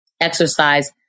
exercise